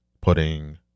putting